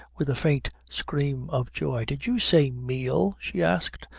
with a faint scream of joy did you say meal? she asked.